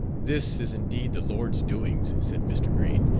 this is indeed the lord's doings, said mr. green,